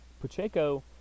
Pacheco